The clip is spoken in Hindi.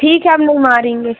ठीक है अब नहीं मारेंगे